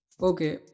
Okay